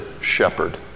shepherd